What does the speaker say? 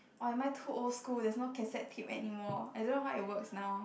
or am I too old school there is no cassette tip anymore I don't know how it works now